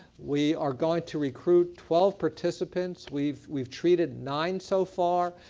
we are going to recruit twelve participants. we've we've treated nine so far.